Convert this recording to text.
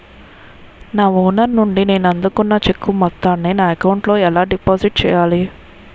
నా ఓనర్ నుండి నేను అందుకున్న చెక్కు మొత్తాన్ని నా అకౌంట్ లోఎలా డిపాజిట్ చేయాలి?